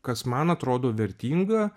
kas man atrodo vertinga